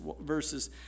verses